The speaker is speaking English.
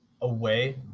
away